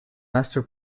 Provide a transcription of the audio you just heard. master